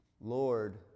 Lord